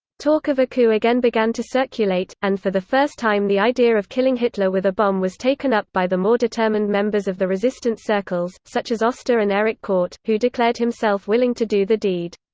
talk of a coup again began to circulate, and for the first time the idea of killing hitler with a bomb was taken up by the more determined members of the resistance circles, such as oster and erich kordt, who declared himself willing to do the deed.